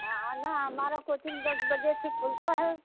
हाँ आना हमारा कोचिंग दस बजे से खुलता है